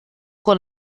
con